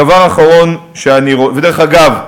דבר אחרון, ודרך אגב,